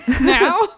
now